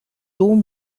dom